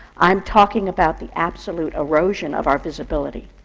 i am talking about the absolute erosion of our visibility.